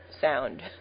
sound